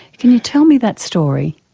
can you tell me that story?